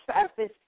surface